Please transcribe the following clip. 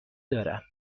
دارم